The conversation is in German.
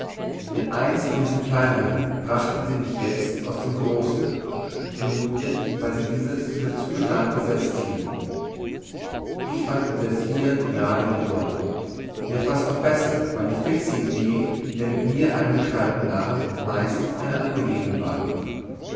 in eins von diesen kleinern brachten sie mich jezt aus dem großen vermuthlich weil sie dieses für zu stark besezt hielten ich fand es indeß hier gerade wie dort ja fast noch besser weil die fixe idee der mit mir eingesperrten narren meistens eine angenehme war